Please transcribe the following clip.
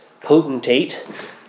potentate